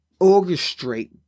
orchestrate